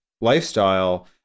lifestyle